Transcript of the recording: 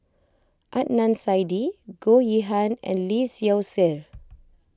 Adnan Saidi Goh Yihan and Lee Seow Ser